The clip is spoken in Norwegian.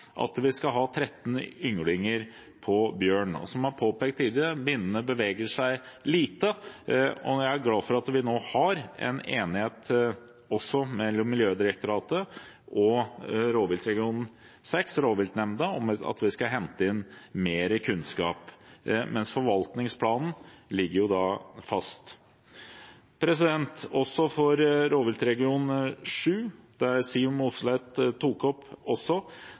at vi skal ha 13 ynglinger av bjørn. Som det er påpekt tidligere, beveger binnene seg lite. Jeg er glad for at vi nå har en enighet mellom Miljødirektoratet og rovviltnemnda i region 6 om at vi skal hente inn mer kunnskap. Men forvaltningsplanen ligger fast. Også for rovviltregion 7, som Siv Mossleth også tok opp,